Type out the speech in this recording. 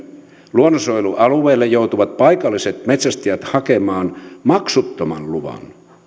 luonnonsuojelualueelle joutuvat paikalliset metsästäjät hakemaan maksuttoman luvan